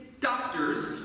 doctors